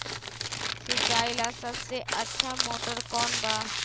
सिंचाई ला सबसे अच्छा मोटर कौन बा?